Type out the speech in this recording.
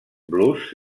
blues